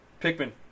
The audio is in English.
Pikmin